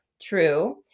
true